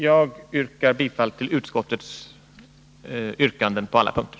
Jag yrkar bifall till utskottets hemställan på alla punkter.